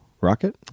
Rocket